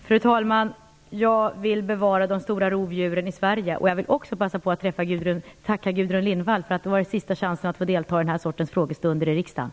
Fru talman! Jag vill bevara de stora rovdjuren i Jag vill också passa på att tacka Gudrun Lindvall, eftersom detta är sista chansen att få delta i den här sortens frågestund i riksdagen.